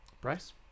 Bryce